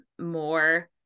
more